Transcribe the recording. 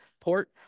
port